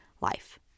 life